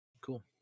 Cool